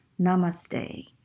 Namaste